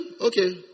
okay